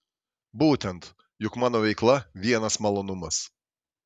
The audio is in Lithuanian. būtent juk mano veikla vienas malonumas